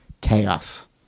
Chaos